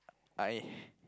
I